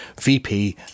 VP